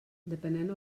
depenent